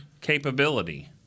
Capability